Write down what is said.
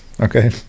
Okay